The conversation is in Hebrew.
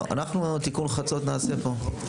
אנחנו נמצאים,